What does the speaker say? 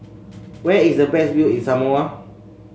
where is the best view in Samoa